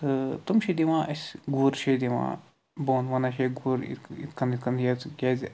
تِم چھِ دِوان اَسہِ گُر چھِ دِوان بوٚن وَنان چھِ گُر یِتھ کٔنۍ یِتھ کٔنۍ یہِ ژٕ کیازِ